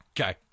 Okay